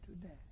today